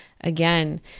again